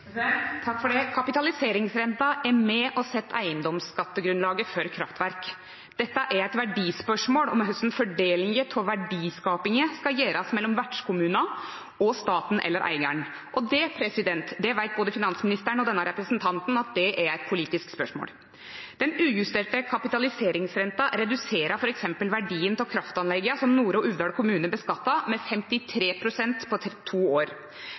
Takk for det. Kapitaliseringsrenten er med på å sette eiendomsskattegrunnlaget for kraftverk. Dette er et verdispørsmål – om hvordan verdiskapingen skal fordeles mellom vertskommuner og staten/eieren. Både finansministeren og denne representanten vet at det er et politisk spørsmål. Den ujusterte kapitaliseringsrenten reduserer f.eks. verdien av kraftanleggene som Nore og Uvdal kommune beskatter, med 53 pst. på to år.